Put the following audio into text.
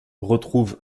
retrouve